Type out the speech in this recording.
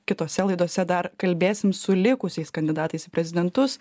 kitose laidose dar kalbėsime su likusiais kandidatais į prezidentus